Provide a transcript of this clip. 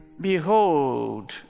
Behold